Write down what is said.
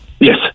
Yes